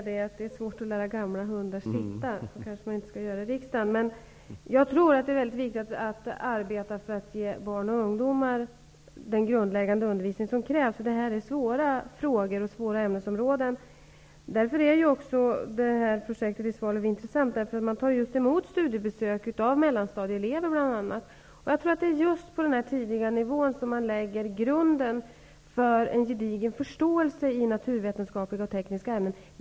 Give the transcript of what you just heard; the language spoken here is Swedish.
Det är svårt att lära gamla hundar sitta. Det kanske man inte får säga här i riksdagen, men jag tror att det är mycket viktigt att arbeta för att ge barn och ungdomar den grundläggande undervisning som krävs, eftersom detta är svåra ämnesområden. Projektet i Svalöv är intressant, eftersom man där tar emot studiebesök av mellanstadieelever bl.a. Jag tror att det är just på den nivån som grunden läggs för en gedigen förståelse i naturvetenskapliga och tekniska ämnen.